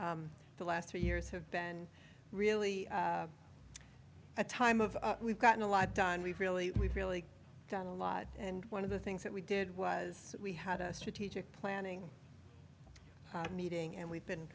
the last three years have been really a time of we've gotten a lot done we've really we've really done a lot and one of the things that we did was we had a strategic planning meeting and we've been